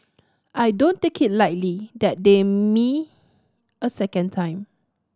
I don't take it lightly that they me a second time